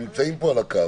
הם נמצאים פה על הקו.